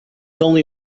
only